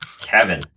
Kevin